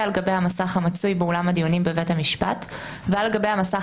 על גבי המסך המצוי באולם הדיונים בבית המשפט ועל גבי המסך